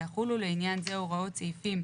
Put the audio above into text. ויחולו לעניין זה הוראות סעיפים